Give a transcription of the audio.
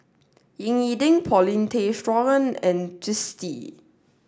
Ying E Ding Paulin Tay Straughan and Twisstii